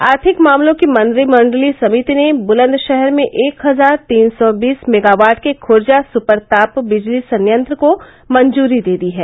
आर्थिक मामलों की मंत्रिमंडलीय समिति ने बुलंदशहर में एक हजार तीन सौ बीस मेगावाट के खुर्जा सुपर ताप बिजली संयंत्र को मंजूरी दे दी है